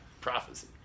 prophecy